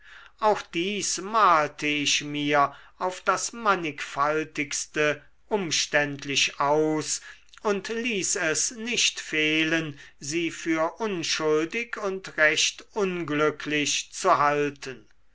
auch dies malte ich mir auf das mannigfaltigste umständlich aus und ließ es nicht fehlen sie für unschuldig und recht unglücklich zu halten